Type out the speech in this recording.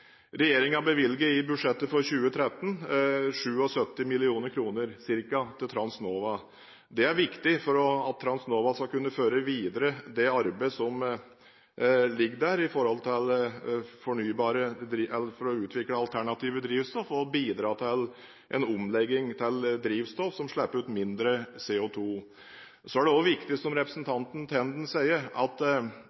bevilger i budsjettet for 2013 77 mill. kr, ca., til Transnova. Det er viktig for at Transnova skal kunne føre videre det arbeidet som ligger der for å utvikle alternative drivstoff og bidra til en omlegging til drivstoff som slipper ut mindre CO2. Så er det viktig, som